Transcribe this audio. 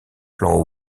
plan